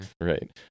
Right